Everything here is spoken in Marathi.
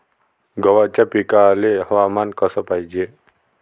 गव्हाच्या पिकाले हवामान कस पायजे?